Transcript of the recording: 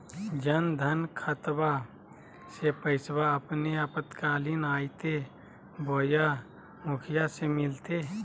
जन धन खाताबा में पैसबा अपने आपातकालीन आयते बोया मुखिया से मिलते?